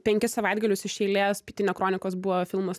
penkis savaitgalius iš eilės pietinio kronikos buvo filmas